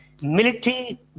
Military